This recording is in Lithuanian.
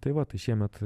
tai va tai šiemet